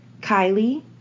Kylie